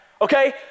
okay